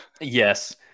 yes